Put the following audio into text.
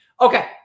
Okay